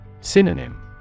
Synonym